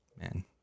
Man